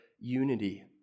unity